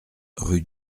rue